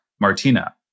Martina